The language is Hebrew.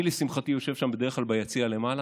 אני, לשמחתי, יושב שם בדרך כלל, ביציע למעלה,